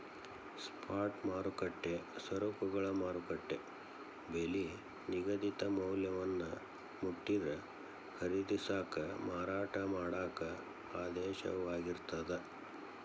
spot ಮಾರುಕಟ್ಟೆ ಸರಕುಗಳ ಮಾರುಕಟ್ಟೆ ಬೆಲಿ ನಿಗದಿತ ಮೌಲ್ಯವನ್ನ ಮುಟ್ಟಿದ್ರ ಖರೇದಿಸಾಕ ಮಾರಾಟ ಮಾಡಾಕ ಆದೇಶವಾಗಿರ್ತದ